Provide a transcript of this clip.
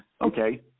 Okay